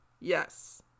Yes